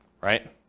right